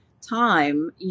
time